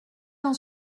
dans